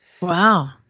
Wow